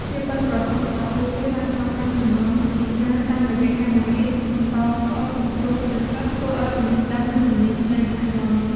ភាពប៉ិនប្រសប់របស់ពួកគេបានឆ្លងកាត់ជំនាន់ជាច្រើន តាមរយៈការបង្រៀន បន្តផ្ទាល់ពីគ្រូទៅសិស្ស ធ្វើឲ្យចំណេះដឹង និងជំនាញផ្នែកសាក់យ័ន្តនេះ។